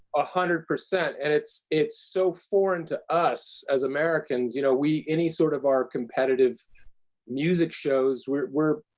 ah hundred percent and it's, it's so foreign to us as americans. you know, we, any sort of our competitive music shows, we're,